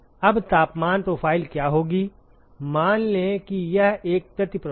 अब तापमान प्रोफ़ाइल क्या होगी मान लें कि यह एक प्रति प्रवाह है